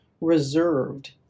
reserved